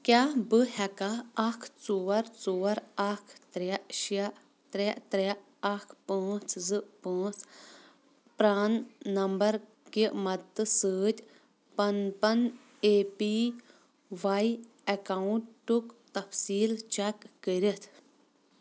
کیٛاہ بہٕ ہیٚکا اَکھ ژور ژور اَکھ ترٛےٚ شےٚ ترےٚ ترٛےٚ اَکھ پانٛژھ زٕ پانٛژھ پرٛان نَمبَر کہِ مدتہٕ سۭتۍ پَن پَن اے پی وای اٮ۪کاُنٛٹُک تفصیٖل چیک کٔرِتھ